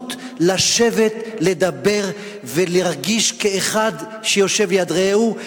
אפשרות לשבת, לדבר ולהרגיש כאחד שיושב ליד רעהו.